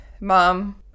Mom